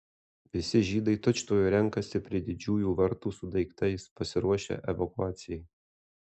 visi žydai tučtuojau renkasi prie didžiųjų vartų su daiktais pasiruošę evakuacijai